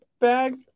bag